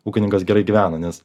ūkininkas gerai gyvena nes